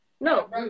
No